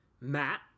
Matt